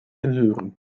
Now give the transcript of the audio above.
inhuren